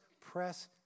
press